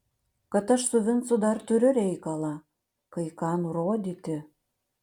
kad aš su vincu dar turiu reikalą kai ką nurodyti